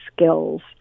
skills